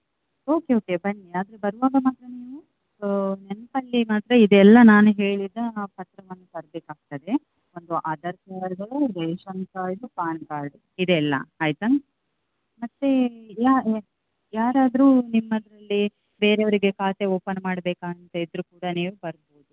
okay okay ಬನ್ನಿ ಆದರೆ ಬರುವಾಗ ಮಾತ್ರ ನೀವು ನೆನಪಲ್ಲಿ ಮಾತ್ರ ಇದೆಲ್ಲ ನಾನು ಹೇಳಿದ ಪತ್ರವನ್ನು ತರಬೇಕಾಗ್ತದೆ ಒಂದು Aadhaar card ration card PAN card ಇದೆಲ್ಲ ಆಯಿತಾ ಮತ್ತು ಯಾರಾದರೂ ನಿಮ್ಮದರಲ್ಲಿ ಬೇರೆಯವರಿಗೆ ಖಾತೆ ಓಪನ್ ಮಾಡಬೇಕಂತ ಇದ್ದರೂ ಕೂಡ ನೀವು ಬರ್ಬೋದು